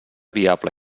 viable